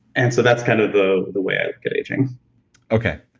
and so that's kind of the the way i look at aging okay,